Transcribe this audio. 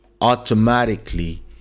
automatically